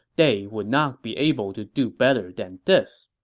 they would not be able to do better than this.